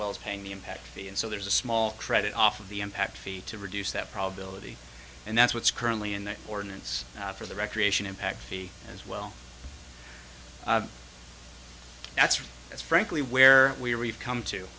well as paying the impact the and so there's a small credit off of the impact fee to reduce that probability and that's what's currently in the ordinance for the recreation impact fee as well that's right that's frankly where we are we've come to